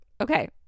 Okay